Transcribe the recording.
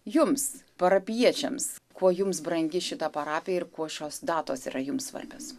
jums parapijiečiams kuo jums brangi šita parapija ir kuo šios datos yra jums svarbios